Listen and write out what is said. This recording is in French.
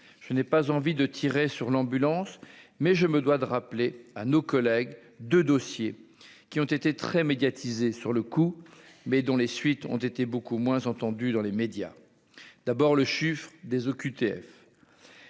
je n'ai pas envie de tirer sur l'ambulance mais je me dois de rappeler à nos collègues de dossiers qui ont été très médiatisé sur le coup, mais dont les suites ont été beaucoup moins entendu dans les médias, d'abord le chiffre des OQTF.